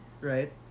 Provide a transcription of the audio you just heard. right